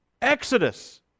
exodus